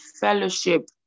fellowship